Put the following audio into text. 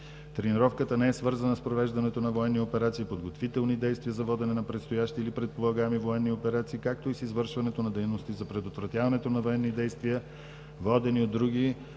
Тренировката не е свързана с провеждането на военни операции, подготвителни действия за водене на предстоящи или предполагаеми военни операции, както и с извършването на дейности за предотвратяването на военни действия, водени от други